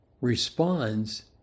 responds